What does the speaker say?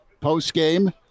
post-game